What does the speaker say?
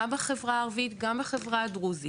גם בחברה עברית וגם בחברה הדרוזית,